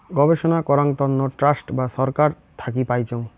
গবেষণা করাং তন্ন ট্রাস্ট বা ছরকার থাকি পাইচুঙ